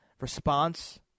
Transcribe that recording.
response